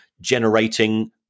generating